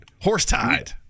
horse-tied